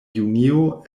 junio